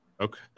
Okay